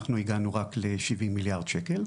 אנחנו הגענו רק ל-70 מיליארד שקל.